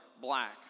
black